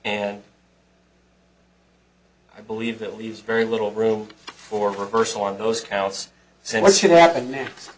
and i believe that leaves very little room for reversal on those counts so what should happen next